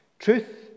Truth